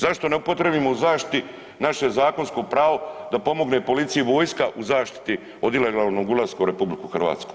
Zašto ne upotrijebimo u zaštiti naše zakonsko pravo da pomogne policiji vojska u zaštiti od ilegalnog ulaska u RH?